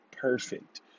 perfect